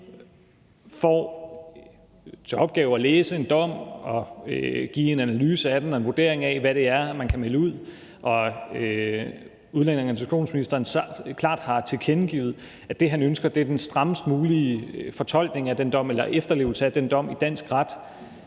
får til opgave at læse en dom og give en analyse af den og en vurdering af, hvad det er, man kan melde ud, og udlændinge- og integrationsministeren så klart har tilkendegivet, at det, han ønsker, er den strammest mulige fortolkning eller efterlevelse af den dom i dansk ret,